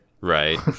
Right